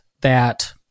that-